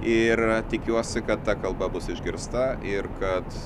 ir tikiuosi kad ta kalba bus išgirsta ir kad